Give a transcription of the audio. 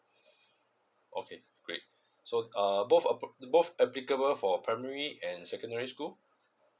okay great so uh both both applicable for primary and secondary school